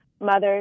Mother's